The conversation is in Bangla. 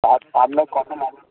আ আপনার